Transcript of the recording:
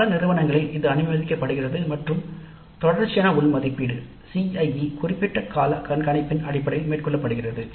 பல நிறுவனங்களிலும் இது அனுமதிக்கப்படுகிறது மற்றும் தொடர்ச்சியான உள் மதிப்பீடு குறிப்பிட்ட கால கண்காணிப்பின் அடிப்படையில் மேற்கொள்ளப்படுகிறது